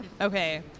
Okay